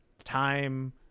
time